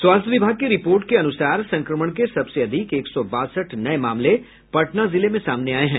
स्वास्थ्य विभाग की रिपोर्ट के अनुसार संक्रमण के सबसे अधिक एक सौ बासठ नये मामले पटना जिले में सामने आये हैं